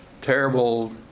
terrible